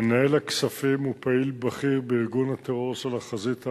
1. מנהל הכספים הוא פעיל בכיר בארגון הטרור של "החזית העממית",